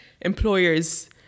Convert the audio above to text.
employers